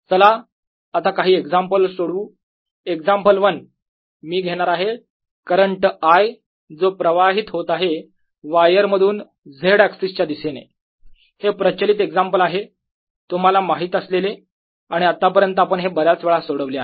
चला आता काही एक्झाम्पल सोडवू एक्झाम्पल 1 मी घेणार आहेत करंट I जो प्रवाहित होत आहे वायर मधून Z अक्सिस च्या दिशेने हे प्रचलित एक्झाम्पल आहे तुम्हाला माहीत असलेले आणि आतापर्यंत आपण हे बऱ्याच वेळा सोडवले आहे